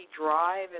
drive